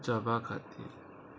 जबा खातीर